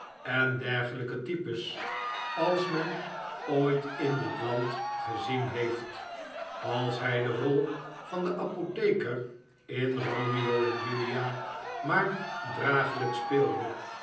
en dergelijke types als men ooit in dit land gezien heeft als hij de rol van den apotheker in romeo en julia maar draaglijk speelde